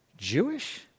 Jewish